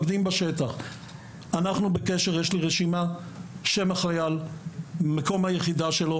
יש לי רשימה של החיילים לפי יחידות.